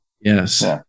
Yes